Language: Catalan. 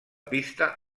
pista